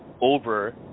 over